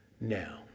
Now